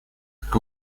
как